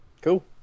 cool